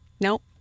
Nope